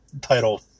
title